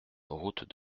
route